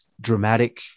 dramatic